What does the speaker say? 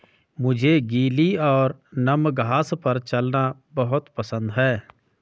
मुझे गीली और नम घास पर चलना बहुत पसंद है